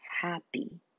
happy